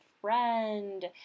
friend